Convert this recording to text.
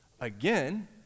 Again